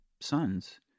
sons